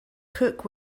cook